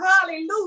Hallelujah